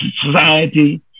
society